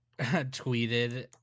tweeted